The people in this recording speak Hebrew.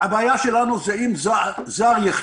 הבעיה שלנו היא אם זר יחלה,